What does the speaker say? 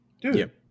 Dude